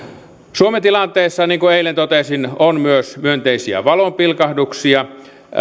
suomen tilanteessa niin kuin eilen totesin on myös myönteisiä valonpilkahduksia